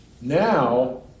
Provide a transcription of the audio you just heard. now